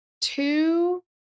Two